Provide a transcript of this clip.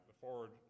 forward